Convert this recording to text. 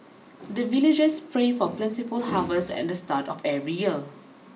the villagers pray for plentiful harvest at the start of every year